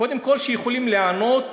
קודם כול, שיכולים לענות